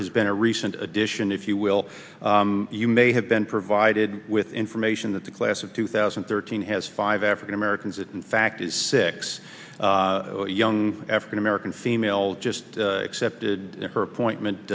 has been a recent addition if you will you may have been provided with information that the class of two thousand and thirteen has five african americans in fact is six young african american female just accepted her appointment